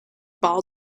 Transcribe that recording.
ball